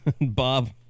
Bob